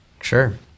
Sure